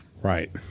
Right